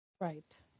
Right